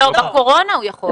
בקורונה הוא יכול.